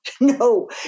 no